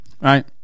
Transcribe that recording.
Right